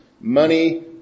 money